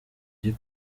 ari